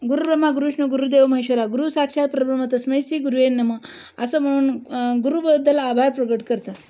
गुरुर्ब्रह्मा गुरुर्विष्णू गुरुर्देवो महेश्वरा गुरु साक्षात् परब्रह्म तस्मै श्री गुरवे नम असं म्हणून गुरूबद्दल आभार प्रकट करतात